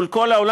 מול כל העולם,